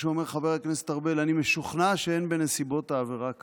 כמו שאומר חבר הכנסת ארבל: "אני משוכנע שאין בנסיבות העבירה קלון".